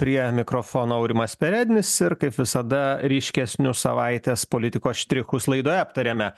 prie mikrofono aurimas perednis ir kaip visada ryškesnius savaitės politikos štrichus laidoje aptariame